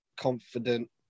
confident